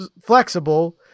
flexible